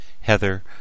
Heather